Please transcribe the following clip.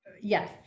yes